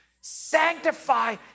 Sanctify